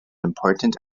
important